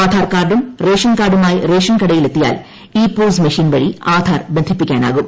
ആധാർ കാർഡും റേഷൻ കാർഡുമായി റേഷൻ കടയിൽ എത്തിയാൽ ഇ പോസ് മിഷ്യൻ വഴി ആധാർ ബന്ധിപ്പിക്കാനാകും